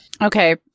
Okay